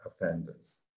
offenders